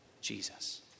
Jesus